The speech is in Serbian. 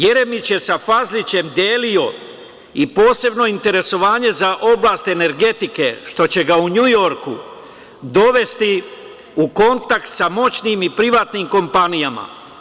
Jeremić je sa Fazlićem delio i posebno interesovanje za oblast energetike, što će ga u Njujorku dovesti u kontakt sa moćnim i privatnim kompanijama.